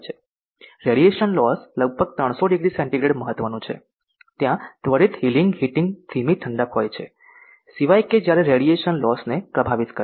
radiation loss લગભગ 300 degree centigrade મહત્વનું છે ત્યાં ત્વરિત હીલિંગ હીટિંગ ધીમી ઠંડક હોય છે સિવાય કે જ્યારે રેડીએશન લોસ ને પ્રભાવિત કરે